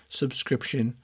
subscription